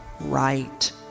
right